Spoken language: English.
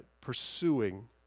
pursuing